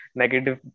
negative